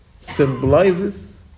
symbolizes